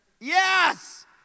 Yes